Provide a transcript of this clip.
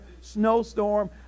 snowstorm